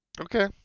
okay